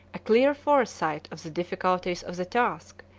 a clear foresight of the difficulties of the task,